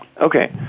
Okay